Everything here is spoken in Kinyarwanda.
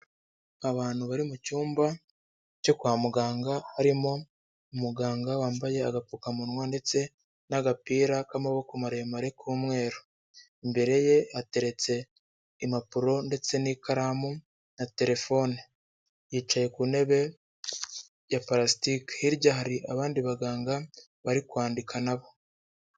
Abantu bari mu cyumba cyo kwa muganga, harimo umuganga wambaye agapfukamunwa ndetse n'agapira k'amaboko maremare k'umweru, imbere ye hateretse impapuro ndetse n'ikaramu na terefone, yicaye ku ntebe ya parasitike, hirya hari abandi baganga, bari kwandika na bo.